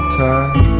time